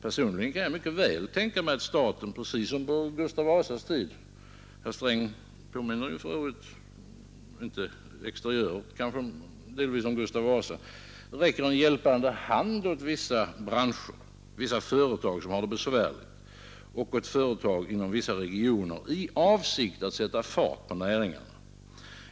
Personligen kan jag mycket väl tänka mig att staten, precis som på Gustav Vasas tid — herr Sträng påminner ju för övrigt om Gustav Vasa, dock inte exteriört — räcker en hjälpande hand åt vissa branscher och företag som har det besvärligt och åt företag inom vissa regioner i avsikt att sätta fart på näringarna.